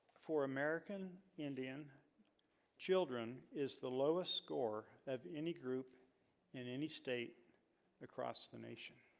four american indian children is the lowest score of any group in any state across the nation?